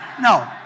No